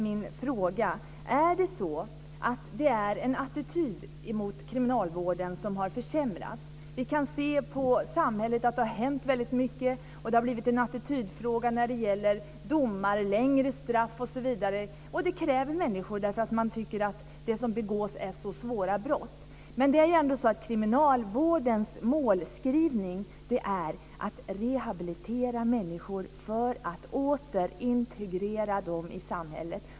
Min fråga är: Har attityden mot kriminalvården förämrats? Vi kan se att det har hänt väldigt mycket i samhället, och det har när det gäller domar utvecklats en attityd för längre straff osv. Människor kräver detta därför att de tycker att det begås så svåra brott. Det är ändå så att kriminalvårdens målskrivning går ut på att rehabilitera människor för att åter integrera dem i samhället.